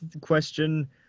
question